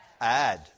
Add